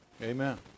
Amen